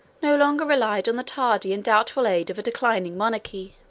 no longer relied on the tardy and doubtful aid of a declining monarchy.